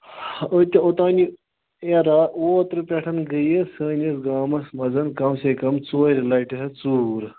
أکیا اوتانی اوترٕ پٮ۪ٹھ گٔے سٲنِس گامَس مَنٛز کَم سے کَم ژورِ لَٹہِ حظ ژور